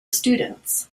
students